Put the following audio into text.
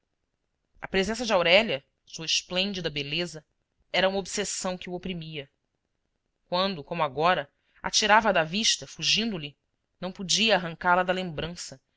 a presença de aurélia sua esplêndida beleza era uma obsessão que o oprimia quando como agora a tirava da vista fugindo-lhe não podia arrancá-la da lembrança